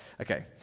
Okay